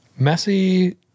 Messi